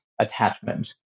attachment